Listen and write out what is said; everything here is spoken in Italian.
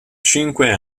cinque